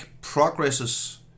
progresses